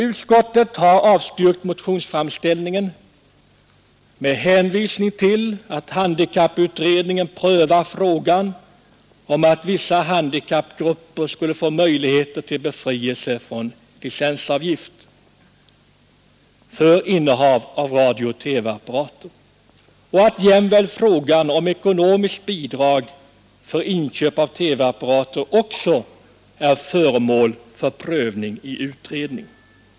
Utskottet har avstyrkt motionsframställningen med hänvisning till att handikapputredningen prövar frågan om att vissa handikappgrupper skulle få möjligheter till befrielse från licensavgift för innehav av radiooch TV-apparater och att frågan om ekonomiskt bidrag för inköp av TV-apparater också är föremål för prövning i utredning. Herr talman!